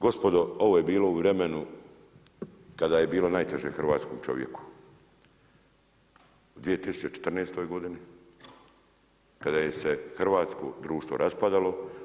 Gospodo, ovo je bilo u vremenu kada je bilo najteže hrvatskom čovjeku, u 2014. godini, kada je se hrvatsko društvo raspadalo.